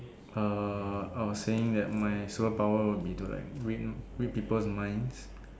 err I was saying that my superpower would be to like read read people's minds